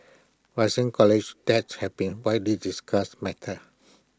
rising college debt have been widely discussed matter